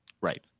Right